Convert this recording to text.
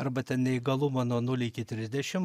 arba ten neįgalumą nuo nulio iki trisdešim